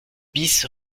bis